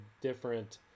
different